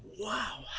wow